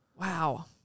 Wow